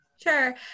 Sure